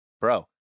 bro